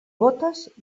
bótes